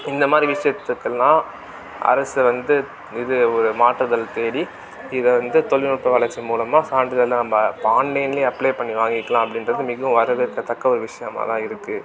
இந்த மாதிரி விஷயத்துக்கெல்லாம் அரசை வந்து இது ஒரு மாற்றுதல் தேடி இதை வந்து தொழில்நுட்ப வளர்ச்சி மூலமாக சான்றிதழ்லாம் நம்ம ஆன்லைனிலே அப்ளை பண்ணி வாங்கிக்கலாம் அப்படிங்றது மிகவும் வரவேற்கத்தக்க ஒரு விஷயமாக தான் இருக்குது